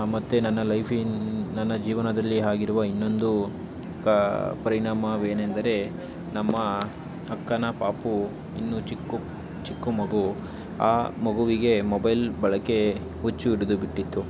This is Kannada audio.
ಮತ್ತು ನನ್ನ ಲೈಫಿನ ನನ್ನ ಜೀವನದಲ್ಲಿ ಆಗಿರುವ ಇನ್ನೊಂದು ಕ ಪರಿಣಾಮವೇನೆಂದರೆ ನಮ್ಮ ಅಕ್ಕನ ಪಾಪು ಇನ್ನೂ ಚಿಕ್ಕ ಚಿಕ್ಕ ಮಗು ಆ ಮಗುವಿಗೆ ಮೊಬೈಲ್ ಬಳಕೆ ಹುಚ್ಚು ಹಿಡಿದು ಬಿಟ್ಟಿತ್ತು